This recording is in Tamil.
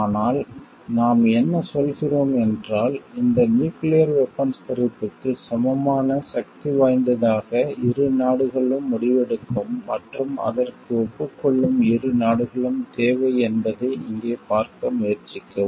ஆனால் நாம் என்ன சொல்கிறோம் என்றால் இந்த நியூக்கிளியர் வெபன்ஸ் குறைப்புக்கு சமமான சக்தி வாய்ந்ததாக இரு நாடுகளும் முடிவெடுக்கும் மற்றும் அதற்கு ஒப்புக்கொள்ளும் இரு நாடுகளும் தேவை என்பதை இங்கே பார்க்க முயற்சிக்கவும்